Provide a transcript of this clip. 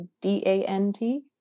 D-A-N-T